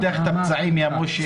עכשיו אתה פותח את הפצעים, יא משה.